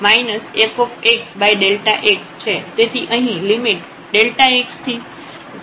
તેથી અહીં x→0fxΔx fΔx છે